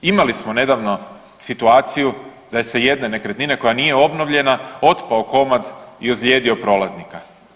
Imali smo nedavno situaciju da je sa jedne nekretnine koja nije obnovljena otpao komad i ozlijedio prolaznika.